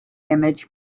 image